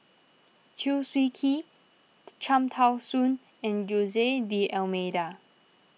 Chew Swee Kee Cham Tao Soon and Jose D'Almeida